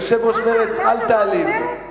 אני מציע לך, יושב-ראש מרצ, אל תעליב.